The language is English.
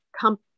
come